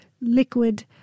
liquid